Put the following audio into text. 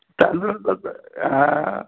तांदूळ हां